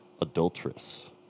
Adulterous